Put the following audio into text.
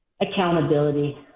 accountability